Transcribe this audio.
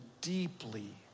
deeply